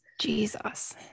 jesus